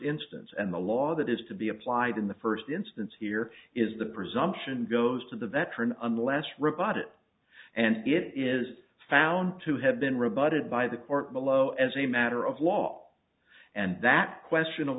instance and the law that is to be applied in the first instance here is the presumption goes to the veteran unless rebut it and it is found to have been rebutted by the court below as a matter of law and that question of